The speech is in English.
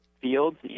fields